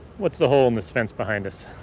what's the hole in this fence behind us?